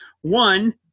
One